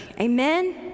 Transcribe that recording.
Amen